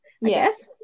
Yes